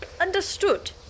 understood